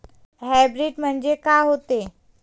Hybrid म्हनजे का होते?